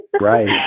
Right